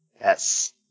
yes